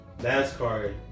NASCAR